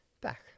back